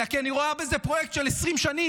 אלא כי אני רואה בזה פרויקט של 20 שנים,